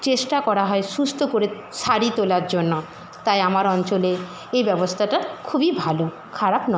চেষ্টা করা হয় সুস্থ করে সরিয়ে তোলার জন্য তাই আমার অঞ্চলে এই ব্যবস্তাটা খুবই ভালো খারাপ ন